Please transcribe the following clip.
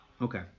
Okay